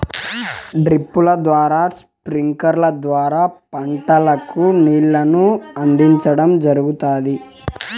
డ్రిప్పుల ద్వారా స్ప్రింక్లర్ల ద్వారా పంటలకు నీళ్ళను అందించడం జరుగుతాది